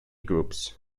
groups